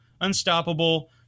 unstoppable